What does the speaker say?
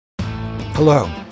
Hello